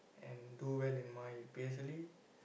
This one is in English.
and do well in my P_S_L_E